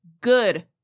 Good